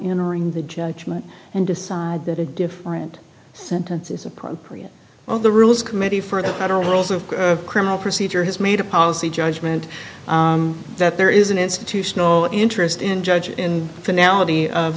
enter in the judgment and decide that a different sentences appropriate well the rules committee for the federal rules of criminal procedure has made a policy judgment that there is an institutional interest in judge in the finale of